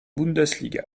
bundesliga